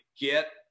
Get